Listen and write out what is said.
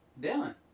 Dylan